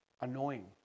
annoying